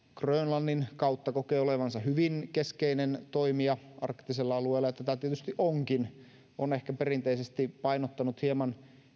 grönlannin kautta kokee olevansa hyvin keskeinen toimija arktisella alueella jota tietysti onkin on ehkä perinteisesti painottanut hieman